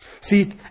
See